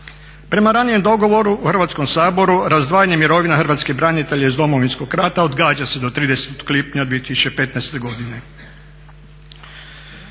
Prema ranijem dogovoru u Hrvatskom saboru razdvajanje mirovina hrvatskih branitelja iz Domovinskog rata odgađa se do 30. lipnja 2015. godine.